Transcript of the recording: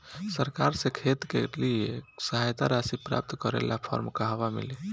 सरकार से खेत के लिए सहायता राशि प्राप्त करे ला फार्म कहवा मिली?